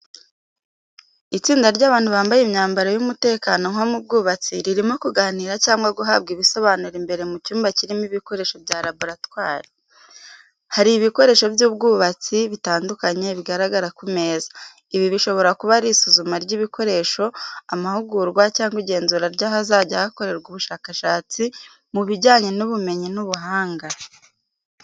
Itsinda ry’abantu bambaye imyambaro y’umutekano nko mu bwubatsi ririmo kuganira cyangwa guhabwa ibisobanuro imbere mu cyumba kirimo ibikoresho bya laboratwari. Hari ibikoresho by’ubushakashatsi bitandukanye bigaragara ku meza. Ibi bishobora kuba ari isuzuma ry’ibikoresho, amahugurwa cyangwa igenzura ry’ahazajya hakorerwa ubushakashatsi mu bijyanye n’ubumenyi n’ubuhanga.